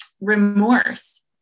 remorse